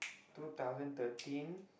two thousand thirteen